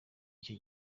icyo